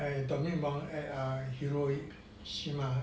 err atomic bomb at err hiroshima